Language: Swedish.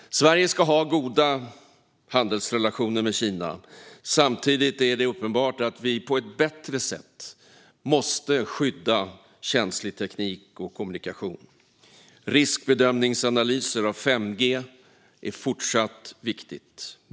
Sverige ska ha goda handelsrelationer med Kina. Samtidigt är det uppenbart att vi på ett bättre sätt måste skydda känslig teknik och kommunikation. Riskbedömningsanalyser av 5G är fortsatt viktigt.